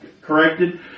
corrected